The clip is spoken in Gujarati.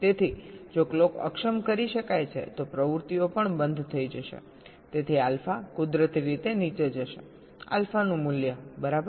તેથી જો ક્લોક અક્ષમ કરી શકાય છે તો પ્રવૃત્તિઓ પણ બંધ થઈ જશે તેથી આલ્ફા કુદરતી રીતે નીચે જશે આલ્ફા નું મૂલ્ય બરાબર